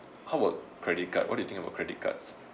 how about credit card what do you think about credit cards